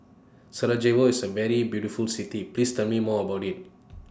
Sarajevo IS A very beautiful City Please Tell Me More about IT